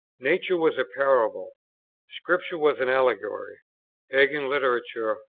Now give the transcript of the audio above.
nature was a parable scripture was an allegory pagan literature,